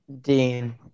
Dean